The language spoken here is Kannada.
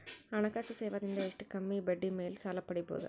ಹಣಕಾಸು ಸೇವಾ ದಿಂದ ಎಷ್ಟ ಕಮ್ಮಿಬಡ್ಡಿ ಮೇಲ್ ಸಾಲ ಪಡಿಬೋದ?